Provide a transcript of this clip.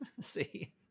See